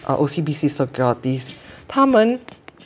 uh O_C_B_C securities 他们